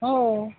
हो